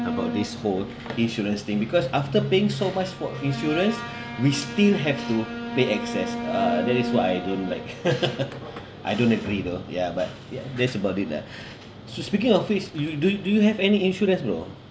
about this whole insurance thing because after paying so much for insurance we still have to pay excess a'ah that is why I don't like I don't agree though ya but that's about it lah so speaking of which you do you do you have any insurance bro